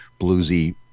bluesy